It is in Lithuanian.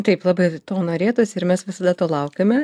taip labai to norėtųsi ir mes visada to laukiame